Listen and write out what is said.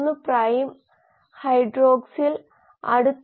NADH culture ഫ്ലൂറസെൻസിനായുള്ള പ്രബന്ധമാണിത്